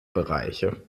bereiche